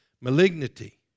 malignity